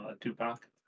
Tupac